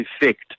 effect